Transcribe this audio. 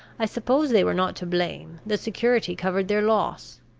i suppose they were not to blame the security covered their loss.